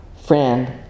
friend